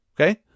okay